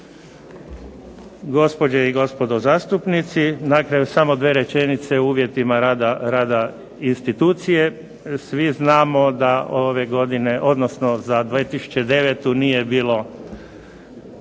Gospođe i gospodo zastupnici, na kraju samo dvije rečenice o uvjetima rada institucije. Svi znamo da ove godine, odnosno